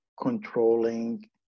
controlling